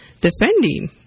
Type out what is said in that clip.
defending